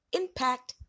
impact